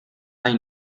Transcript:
nahi